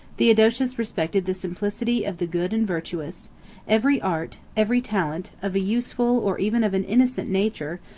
theodosius respected the simplicity of the good and virtuous every art, every talent, of a useful, or even of an innocent nature,